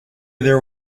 there